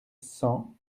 cents